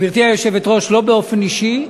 גברתי היושבת-ראש, לא באופן אישי.